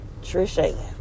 Trisha